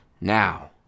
Now